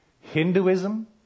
Hinduism